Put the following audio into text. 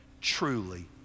truly